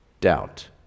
Doubt